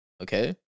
Okay